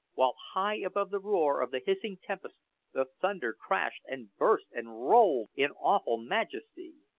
while high above the roar of the hissing tempest the thunder crashed and burst and rolled in awful majesty.